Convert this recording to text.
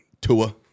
Tua